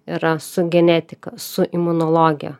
yra su genetika su imunologija